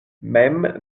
mem